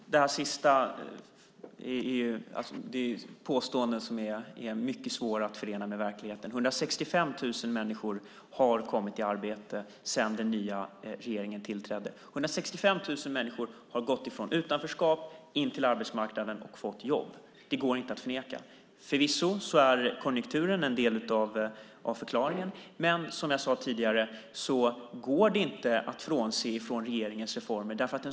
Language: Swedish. Fru talman! Det sista är ett påstående som är mycket svårt att förena med verkligheten. 165 000 människor har fått arbete sedan den nya regeringen tillträdde. 165 000 människor har gått från utanförskap in på arbetsmarknaden och fått jobb. Det går inte att förneka. Konjunkturen är förvisso en del av förklaringen, men som jag sade tidigare går det inte att bortse från regeringens reformer.